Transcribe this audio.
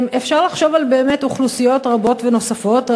אפשר לחשוב באמת על אוכלוסיות רבות נוספות,